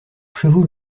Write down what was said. chevaux